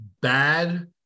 bad